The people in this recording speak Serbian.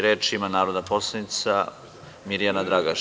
Reč ima narodna poslanica Mirjana Dragaš.